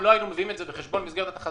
אם לא היו מביאים את זה בחשבון במסגרת התחזיות,